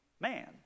man